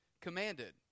commanded